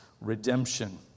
redemption